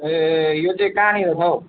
ए यो चाहिँ कहाँनिर छ हौ